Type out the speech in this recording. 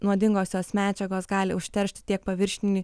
nuodingosios medžiagos gali užteršti tiek paviršinį